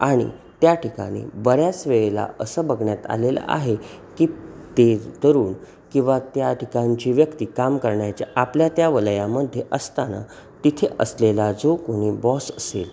आणि त्या ठिकाणी बऱ्याच वेळेला असं बघण्यात आलेलं आहे की ते तरुण किंवा त्या ठिकाणची व्यक्ती काम करण्याच्या आपल्या त्या वलयामध्ये असताना तिथे असलेला जो कोणी बॉस असेल